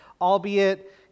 albeit